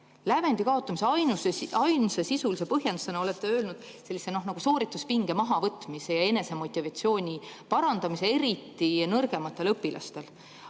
Lävendi kaotamise ainsa sisulise põhjendusena olete esile toonud soorituspinge mahavõtmise ja enesemotivatsiooni parandamise, eriti nõrgemate õpilaste